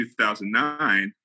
2009